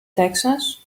texas